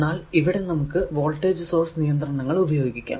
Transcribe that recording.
എന്നാൽ ഇവിടെ നമുക്ക് വോൾടേജ് സോഴ്സ് നിയന്ത്രണങ്ങൾ ഉപയോഗിക്കാം